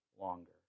longer